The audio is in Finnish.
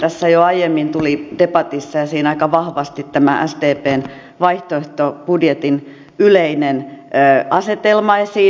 tässä jo aiemmin tuli debatissa aika vahvasti tämä sdpn vaihtoehtobudjetin yleinen asetelma esiin